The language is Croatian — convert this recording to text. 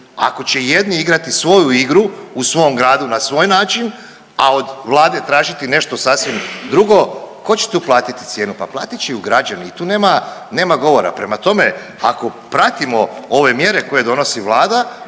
Ako će jedni igrati svoju igru u svom gradu na svoj način, a od Vlade tražiti nešto sasvim drugo ko će tu platiti cijenu, pa platit će ju građani i tu nema, nema govora. Prema tome, ako pratimo ove mjere koje donosi Vlada